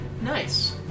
Nice